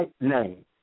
name